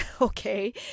okay